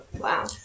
Wow